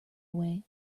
away